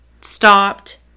stopped